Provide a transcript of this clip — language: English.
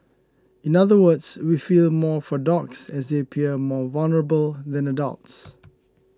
in other words we feel more for dogs as they appear more vulnerable than adults